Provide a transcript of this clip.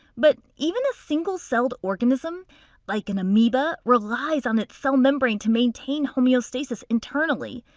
but even a single-celled organism like an amoeba relies on its cell membrane to maintain homeostasis internally.